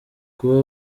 kuba